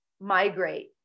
migrate